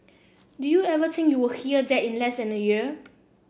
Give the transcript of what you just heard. did you ever think you would hear that in less than a year